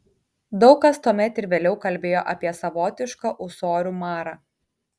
daug kas tuomet ir vėliau kalbėjo apie savotišką ūsorių marą